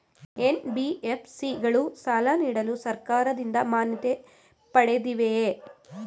NBFC ಗಳು ಸಾಲ ನೀಡಲು ಸರ್ಕಾರದಿಂದ ಮಾನ್ಯತೆ ಪಡೆದಿವೆಯೇ?